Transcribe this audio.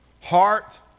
heart